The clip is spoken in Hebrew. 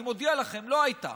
אני מודיע לכם: לא הייתה.